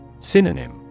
Synonym